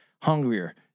hungrier